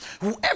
whoever